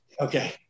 Okay